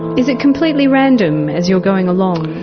is it completely random as you're going along?